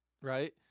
right